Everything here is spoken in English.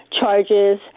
charges